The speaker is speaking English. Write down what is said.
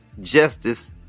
Justice